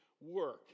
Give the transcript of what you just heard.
work